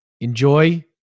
enjoy